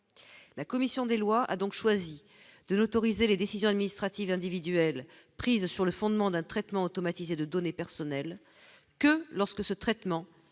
la commission des lois a donc choisi de n'autoriser les décisions administratives individuelles prises sur le fondement d'un traitement automatisé de données personnelles que lorsque ce traitement